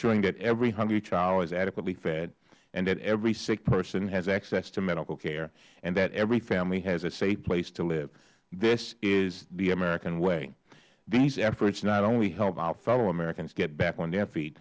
ring that every hungry child is adequately fed that every sick person has access to medical care and that every family has a safe place to live this is the american way these efforts not only help our fellow americans get back on their feet